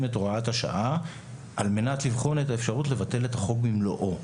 את הוראת השעה על מנת לבחון אפשרות לבטל את החוק במלואו.